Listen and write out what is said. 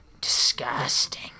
Disgusting